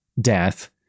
death